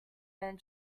man